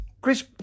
Chris